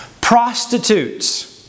prostitutes